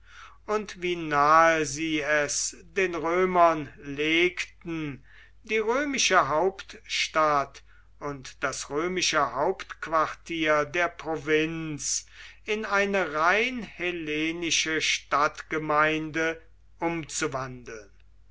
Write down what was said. und wie nahe sie es den römern legten die römische hauptstadt und das römische hauptquartier der provinz in eine rein hellenische stadtgemeinde umzuwandeln